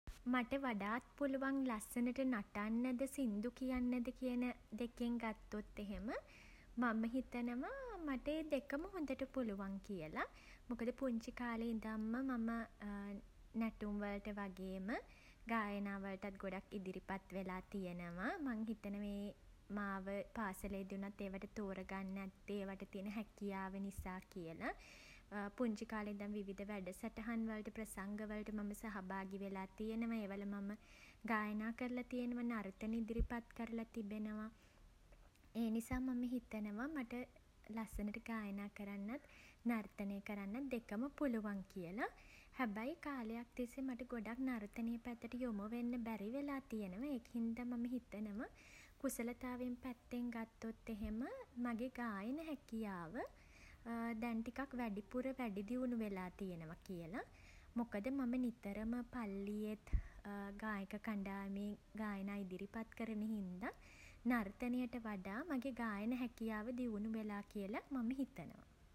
මට වඩාත් පුළුවන් ලස්සනට නටන්නද සිංදු කියන්නද කියන දෙකෙන් ගත්තොත් එහෙම මම හිතනව මට ඒ දෙකම හොඳට පුළුවන් කියල. මොකද පුංචි කාලෙ ඉඳන්ම මම නැටුම් වලට වගේම ගායනා වලටත් ගොඩක් ඉදිරිපත් වෙලා තියෙනවා. මං හිතෙනවා ඒ මාව පාසලේදී වුණත් ඒවට තෝර ගන්න ඇත්තෙ ඒවට තියෙන හැකියාව නිසා කියලා. පුංචි කාලේ ඉදන් විවිධ වැඩසටහන් වලට ප්‍රසංග වලට මම සහභාගී වෙලා තියෙනවා. ඒ වල මම ගායනා කරලා තියෙනවා. නර්තන ඉදිරිපත් කරලා තිබෙනවා. ඒ නිසා මම හිතනවා මට ලස්සනට ගායනා කරන්නත් නර්තනය කරන්නත් දෙකම පුළුවන් කියලා. හැබැයි කාලයක් තිස්සේ මට ගොඩක් නර්තනය පැත්තට යොමු වෙන්න බැරි වෙලා තියෙනවා. ඒක හින්දා මම හිතනවා කුසලතාවය පැත්තෙන් ගත්තොත් එහෙම මගේ ගායන හැකියාව දැන් ටිකක් වැඩිපුර වැඩිදියුණු වෙලා තියෙනවා කියල. මොකද මම නිතරම පල්ලියෙත් ගායක කණ්ඩායාමේ ගායනා ඉදිරිපත් කරන හින්දා නර්තනයට වඩා මගේ ගායන හැකියාව දියුණු වෙලා කියලා මම හිතනවා.